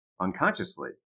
unconsciously